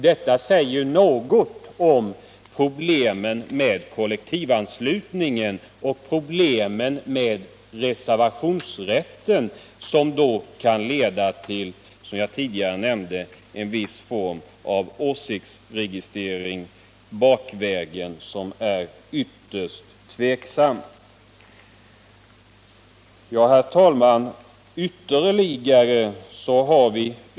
Detta säger något om problemen med kollektivanslutningen och reservationsrätten som, vilket jag tidigare nämnde, kan leda till en viss form av åsiktsregistrering bakvägen, som är ytterst tvivelaktig och beklaglig. Herr talman!